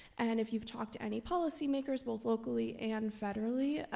and if you've talked to any policy makers, both locally and federally,